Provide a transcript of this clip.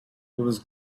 was